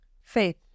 Faith